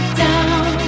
down